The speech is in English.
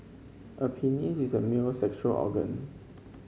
a penis is a male's sexual organ